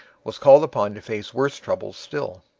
was called upon to face worse troubles still.